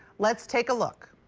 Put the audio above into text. let's take a look.